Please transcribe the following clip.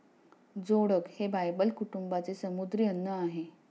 जोडक हे बायबल कुटुंबाचे समुद्री अन्न आहे